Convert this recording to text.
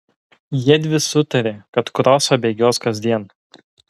jiedvi sutarė kad krosą bėgios kasdien